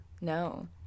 no